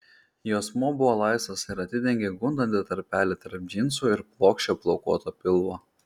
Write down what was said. juosmuo buvo laisvas ir atidengė gundantį tarpelį tarp džinsų ir plokščio plaukuoto pilvo